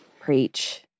Preach